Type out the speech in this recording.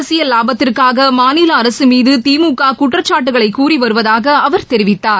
அரசியல் லாபத்திற்காக மாநில அரசு மீது திமுக குற்றச்சாட்டுகளை கூறிவருவதாக அவர் தெரிவித்தார்